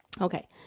Okay